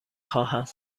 خواهم